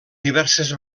diverses